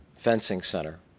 fencing center.